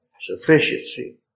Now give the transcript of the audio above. sufficiency